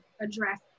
address